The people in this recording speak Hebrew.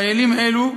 חיילים אלו,